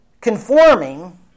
conforming